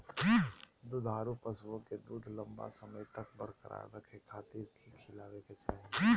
दुधारू पशुओं के दूध लंबा समय तक बरकरार रखे खातिर की खिलावे के चाही?